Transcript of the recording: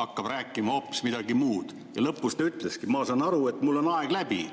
hakkab rääkima hoopis midagi muud? Ja lõpus ta ütleski: ma saan aru, et mul on aeg läbi.